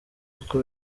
uko